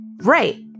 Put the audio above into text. Right